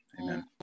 Amen